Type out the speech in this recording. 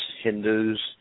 Hindus